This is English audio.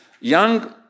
young